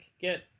get